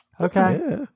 Okay